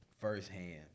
firsthand